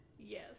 Yes